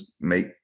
make